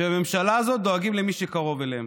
שבממשלה הזאת דואגים למי שקרוב אליהם.